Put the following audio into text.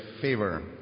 favor